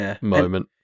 moment